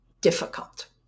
difficult